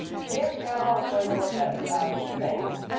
today's panel is going to look at two things.